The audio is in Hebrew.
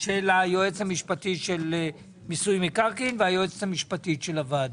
של היועץ המשפטי של מיסוי מקרקעין והיועצת המשפטית של הוועדה.